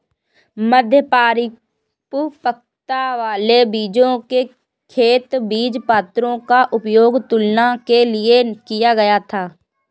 मध्य परिपक्वता वाले बीजों के खेत बीजपत्रों का उपयोग तुलना के लिए किया गया था